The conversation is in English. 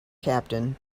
captain